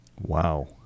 Wow